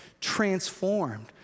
transformed